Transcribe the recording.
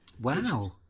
wow